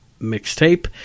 mixtape